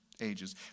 ages